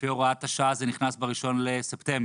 לפי הוראת השעה זה נכנס ב-1 בספטמבר,